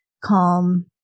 calm